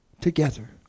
together